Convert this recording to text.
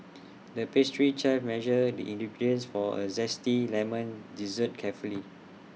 the pastry chef measured the ingredients for A Zesty Lemon Dessert carefully